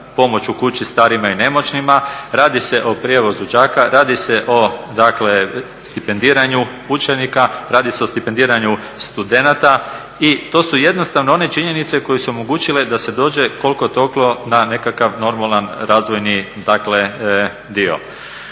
u kući starijima i nemoćnima, radi se o prijevozu đaka, radi se o dakle stipendiranju učenika, radi se o stipendiranju studenata i to su jednostavno one činjenice koje su omogućile da se dođe koliko toliko na nekakav normalan razvojni dio.